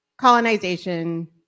colonization